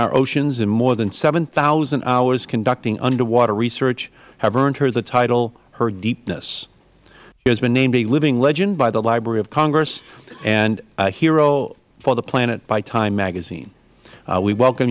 our oceans in more than seven thousand hours conducting underwater research have earned her the title her deepness she has been named a living legend by the library of congress and a hero for the planet by time magazine we welcome